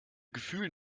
gefühl